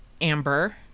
Amber